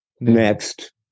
next